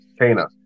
Kana